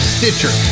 Stitcher